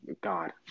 God